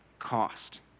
cost